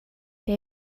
der